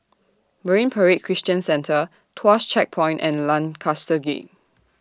Marine Parade Christian Centre Tuas Checkpoint and Lancaster Gate